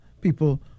people